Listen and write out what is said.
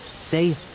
Say